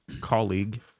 colleague